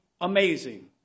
amazing